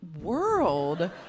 world